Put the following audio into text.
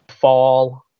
fall